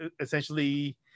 essentially